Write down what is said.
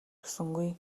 өгсөнгүй